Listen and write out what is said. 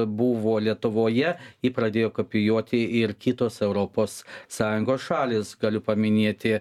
buvo lietuvoje jį pradėjo kopijuoti ir kitos europos sąjungos šalys galiu paminėti